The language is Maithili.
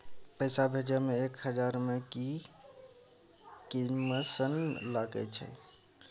पैसा भैजे मे एक हजार मे की कमिसन लगे अएछ?